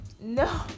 No